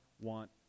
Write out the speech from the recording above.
want